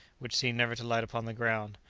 which seem never to light upon the ground?